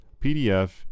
PDF